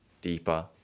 deeper